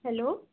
hello